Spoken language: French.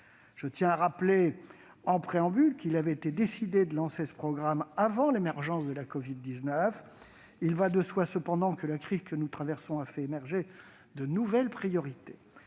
Je tiens à rappeler, en préambule, qu'il avait été décidé de lancer ce programme avant l'émergence de la covid-19. Il va de soi, cependant, que la crise que nous traversons a fait émerger de nouvelles priorités.